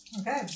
Okay